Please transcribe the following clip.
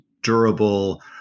durable